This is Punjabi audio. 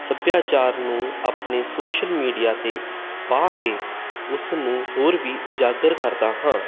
ਸੱਭਿਆਚਾਰ ਨੂੰ ਆਪਣੇ ਸੋਸ਼ਲ ਮੀਡੀਆ 'ਤੇ ਪਾ ਕੇ ਉਸ ਨੂੰ ਹੋਰ ਵੀ ਉਜਾਗਰ ਕਰਦਾ ਹਾਂ